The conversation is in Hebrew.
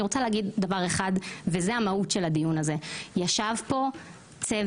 אני רוצה להגיד דבר אחד וזו מהות הדיון הזה: ישב כאן צוות